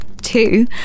Two